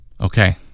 Okay